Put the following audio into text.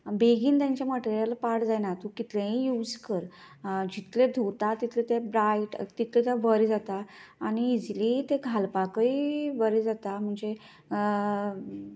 म्हळ्यार बेगीन तांचें मटेरियल पाड जायना तूं कितलेंय यूज कर जितले धुता तितले तें ब्रायट तितलें तें बरें जाता आनी इजिली ते घालपाकूय बरें जाता म्हणजे